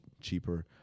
cheaper